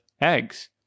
eggs